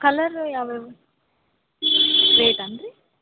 colour ಯಾವ ಯಾವ ರೇಟೇನ್ ರೀ